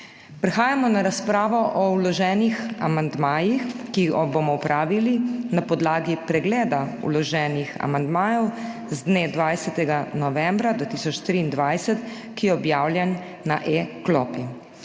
Prehajamo na razpravo o vloženih amandmajih, ki jo bomo opravili na podlagi pregleda vloženih amandmajev z dne 20. novembra 2023, ki je objavljen na e-klopi.